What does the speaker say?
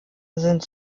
sind